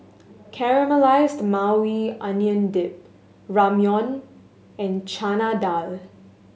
Caramelized Maui Onion Dip Ramyeon and Chana Dal